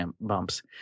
bumps